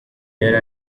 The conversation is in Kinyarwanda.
yari